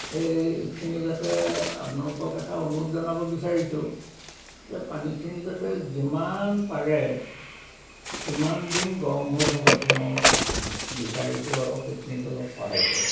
এইখিনি যাতে আপোনালোকক এটা অনুৰোধ জনাব বিচাৰিছোঁ যে পানীখিনি যাতে যিমান পাৰে সিমান দিন গৰম হৈ থকাটো মোৰ বিচাৰিছোঁ আৰু সেইখিনিত অলপ সহায় কৰে